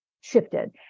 shifted